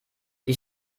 die